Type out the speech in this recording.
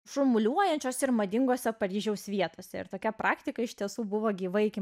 šurmuliuojančios ir madingose paryžiaus vietose ir tokia praktika iš tiesų buvo gyva iki